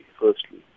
firstly